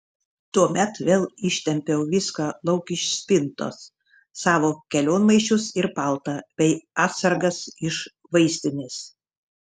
tuomet vėl ištempiau viską lauk iš spintos savo kelionmaišius ir paltą bei atsargas iš vaistinės